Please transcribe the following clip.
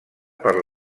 per